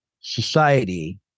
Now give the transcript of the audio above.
society